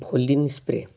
Volini spray